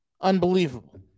Unbelievable